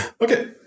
Okay